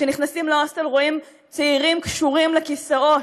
כשנכנסים להוסטל רואים צעירים קשורים לכיסאות,